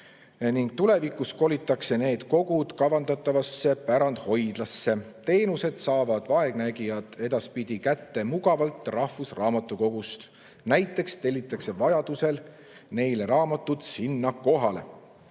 ning tulevikus kolitakse need kogud kavandatavasse pärandhoidlasse. Teenuseid saavad vaegnägijad edaspidi mugavalt kätte rahvusraamatukogust. Näiteks tellitakse vajaduse korral neile raamatud sinna kohale.